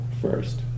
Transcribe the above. first